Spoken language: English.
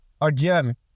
again